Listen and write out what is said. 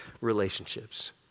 relationships